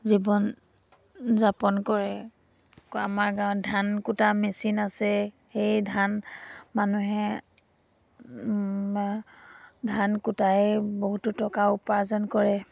জীৱন যাপন কৰে আকৌ আমাৰ গাঁৱত ধান কুটা মেচিন আছে সেই ধান মানুহে ধান কুটায়ে বহুতো টকা উপাৰ্জন কৰে